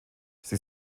sie